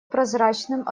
прозрачным